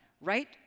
Right